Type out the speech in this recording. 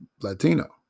Latino